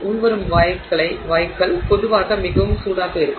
உள்வரும் வாயுக்கள் பொதுவாக மிகவும் சூடாக இருக்கும்